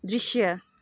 दृश्य